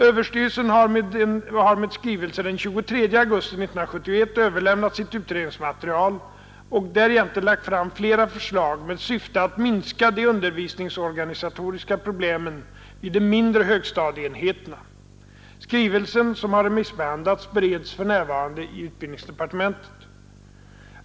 Överstyrelsen har med skrivelse den 23 augusti 1971 överlämnat sitt utredningsmaterial och därjämte lagt fram flera förslag med syfte att minska de undervisningsorganisatoriska problemen vid de mindre högstadieenheterna. Skrivelsen, som har remissbehandlats, bereds för närvarande i utbildningsdepartementet.